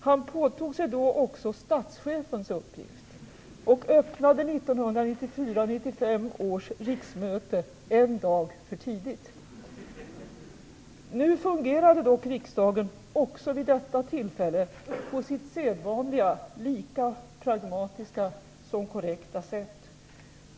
Han påtog sig då också statschefens uppgift och öppnade 1994/95 års riksmöte en dag för tidigt. Nu fungerade dock riksdagen också vid detta tillfälle på sitt sedvanliga lika pragmatiska som korrekta sätt.